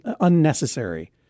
unnecessary